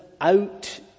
out